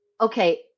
okay